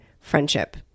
friendship